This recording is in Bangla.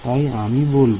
তাই আমি বলবো